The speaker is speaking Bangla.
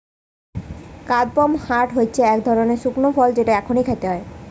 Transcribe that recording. কাদপমহাট হচ্ছে এক ধরনের শুকনো ফল যেটা এমনই খায়